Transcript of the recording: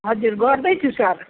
हजुर गर्दैछु सर